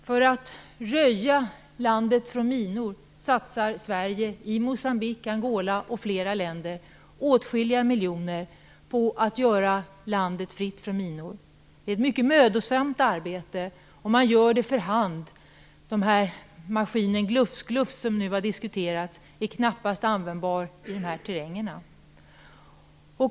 Sverige satsar åtskilliga miljoner kronor i Moçambique, Angola och andra länder för att göra dem fria från minor. Det är ett mycket mödosamt arbete, och man utför det för hand. Den maskin som har diskuterats, Glufs Glufs, är knappast användbar i de här terrängerna.